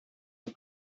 man